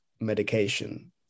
medication